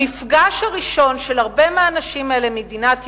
המפגש הראשון של הרבה מהאנשים האלה עם מדינת ישראל,